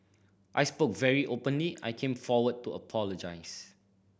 I spoke very openly I came forward to apologise